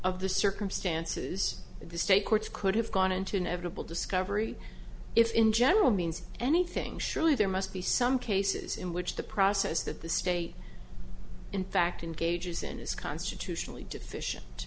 of the circumstances in the state courts could have gone into notable discovery if in general means anything surely there must be some cases in which the process that the state in fact engages in is constitutionally deficient